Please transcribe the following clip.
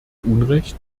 unrecht